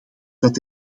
dat